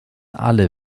alle